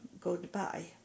goodbye